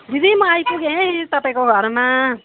दिदी म आइपुगेँ है तपाईँको घरमा